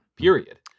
period